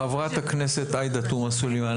חברת הכנסת עאידה תומא סלימאן,